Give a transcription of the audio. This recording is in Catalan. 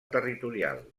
territorial